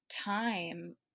time